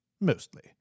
Mostly